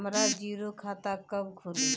हमरा जीरो खाता कब खुली?